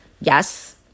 Yes